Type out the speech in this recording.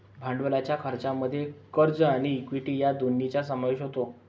भांडवलाच्या खर्चामध्ये कर्ज आणि इक्विटी या दोन्हींचा समावेश होतो